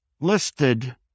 listed